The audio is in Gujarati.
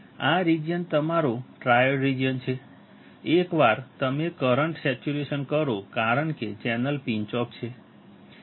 આ રિજિયન તમારો ટ્રાયોડ રિજિયન છે એકવાર તમે કરંટ સેચ્યુરેશન કરો કારણ કે ચેનલ પિન્ચ ઑફ છે